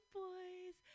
boys